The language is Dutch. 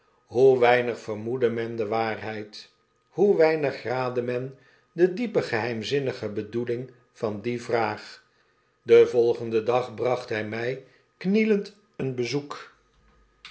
hoe weinig vermoedde men de waarheid hoe weinig raadde men de diepe geheimzinnige bedoeling vandae vraag den volgenden morgen bracht hy ifiij knielend een bezoek